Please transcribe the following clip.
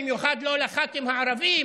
במיוחד לא לח"כים הערבים.